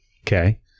Okay